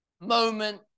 moment